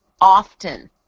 often